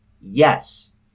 yes